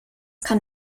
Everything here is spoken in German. kann